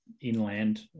inland